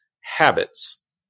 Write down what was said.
habits